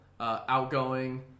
outgoing